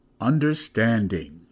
understanding